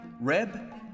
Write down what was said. Reb